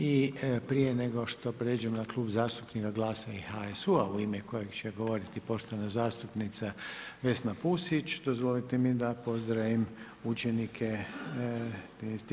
I prije nešto što prijeđem na Klub zastupnika GLAS-a i HSU-a u ime kojega će govoriti poštovana zastupnica Vesna Pusić, dozvolite mi da pozdravim učenike 13.